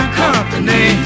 company